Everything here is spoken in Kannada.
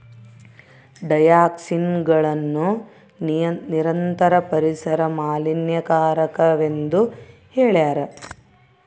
ಡಯಾಕ್ಸಿನ್ಗಳನ್ನು ನಿರಂತರ ಪರಿಸರ ಮಾಲಿನ್ಯಕಾರಕವೆಂದು ಹೇಳ್ಯಾರ